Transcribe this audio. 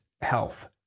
health